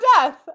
death